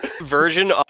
Version